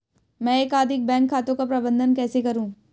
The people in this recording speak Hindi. मैं एकाधिक बैंक खातों का प्रबंधन कैसे करूँ?